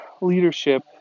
leadership